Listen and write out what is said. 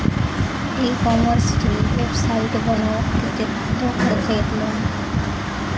E कॉमर्सची website बनवक किततो खर्च येतलो?